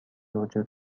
وجود